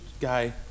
guy